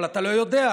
אבל אתה לא יודע,